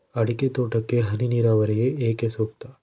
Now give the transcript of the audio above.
ಅಡಿಕೆ ತೋಟಕ್ಕೆ ಹನಿ ನೇರಾವರಿಯೇ ಏಕೆ ಸೂಕ್ತ?